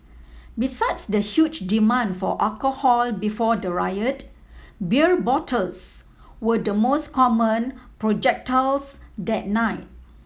besides the huge demand for alcohol before the riot beer bottles were the most common projectiles that night